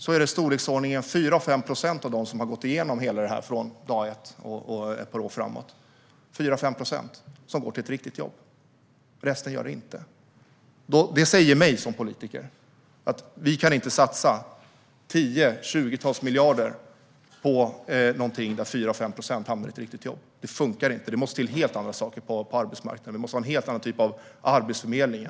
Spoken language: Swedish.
Av dem som går igenom hela det här från dag ett och ett par år framåt är det i storleksordningen 4-5 procent som går till ett riktigt jobb. Resten gör det inte. Jag som politiker anser inte att vi kan satsa tiotals eller tjugotals miljarder på någonting där 4-5 procent hamnar i ett riktigt jobb. Det funkar inte. Det måste till helt andra saker på arbetsmarknaden. Vi måste ha en helt annan typ av arbetsförmedling.